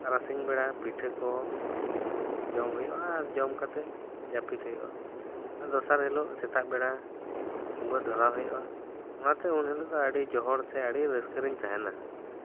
ᱛᱟᱨᱟᱥᱤᱧ ᱵᱮᱲᱟ ᱯᱤᱴᱷᱟᱹ ᱠᱚ ᱡᱚᱢ ᱦᱩᱭᱩᱜᱼᱟ ᱟᱨ ᱡᱚᱢ ᱠᱟᱛᱮᱜ ᱡᱟᱹᱯᱤᱡ ᱦᱩᱭᱩᱜᱼᱟ ᱟᱨ ᱫᱚᱥᱟᱨ ᱦᱤᱞᱚᱜ ᱥᱮᱛᱟᱜ ᱵᱮᱲᱟ ᱠᱩᱢᱵᱟᱹ ᱫᱷᱚᱨᱟᱣ ᱦᱩᱭᱩᱜᱼᱟ ᱚᱱᱟᱛᱮ ᱩᱱ ᱦᱤᱞᱚᱜ ᱫᱚ ᱟᱹᱰᱤ ᱡᱚᱦᱚᱲ ᱥᱮ ᱨᱟᱹᱥᱠᱟᱹ ᱨᱤᱧ ᱛᱟᱦᱮᱱᱟ